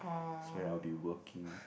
sorry I will be working